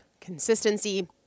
consistency